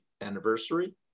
anniversary